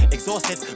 Exhausted